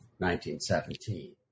1917